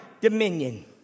dominion